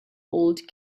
old